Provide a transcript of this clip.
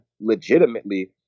legitimately